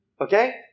Okay